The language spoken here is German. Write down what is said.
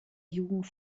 jugend